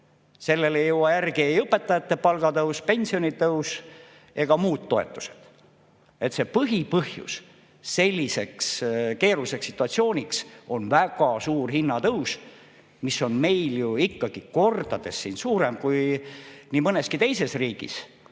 Sellele ei jõua järele ei õpetajate palgatõus, pensionitõus ega muud toetused. Sellise keerulise situatsiooni põhipõhjus on väga suur hinnatõus, mis on meil ju ikkagi kordades suurem kui nii mõneski teises riigis,